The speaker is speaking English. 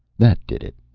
that did it.